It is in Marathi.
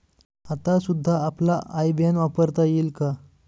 आता सुद्धा आपला आय बॅन वापरता येईल का?